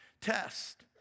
test